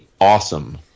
awesome